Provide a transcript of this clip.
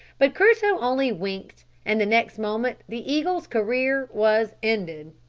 but crusoe only winked, and the next moment the eagle's career was ended.